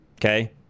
Okay